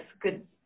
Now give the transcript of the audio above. good